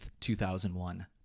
2001